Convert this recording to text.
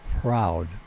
proud